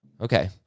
Okay